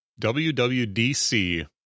WWDC